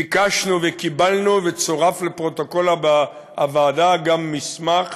ביקשנו וקיבלנו וצורף לפרוטוקול הוועדה גם מסמך